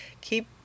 keep